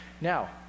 Now